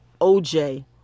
OJ